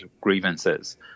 grievances